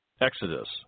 Exodus